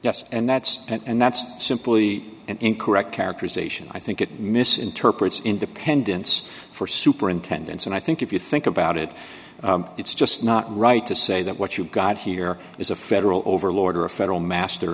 yes and that's and that's simply an incorrect characterization i think it misinterprets independence for superintendence and i think if you think about it it's just not right to say that what you've got here is a federal overlord or a federal master